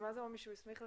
זה מי שהוא הסמיך לכך?